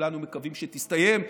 שכולנו מקווים שהיא תסתיים,